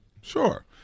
Sure